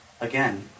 Again